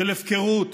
של הפקרות,